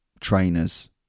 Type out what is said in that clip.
trainers